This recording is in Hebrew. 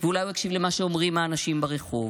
ואולי הוא יקשיב למה שאומרים האנשים ברחוב,